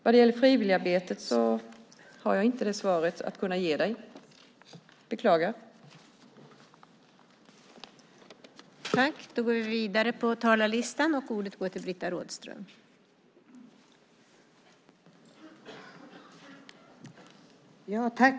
Jag beklagar att jag inte kan ge dig något svar när det gäller frivilligarbetet.